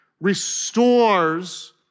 restores